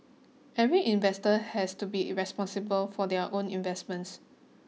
every investor has to be irresponsible for their own investments